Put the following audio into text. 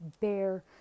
bare